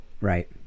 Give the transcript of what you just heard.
Right